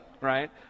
right